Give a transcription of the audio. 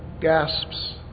gasps